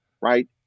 right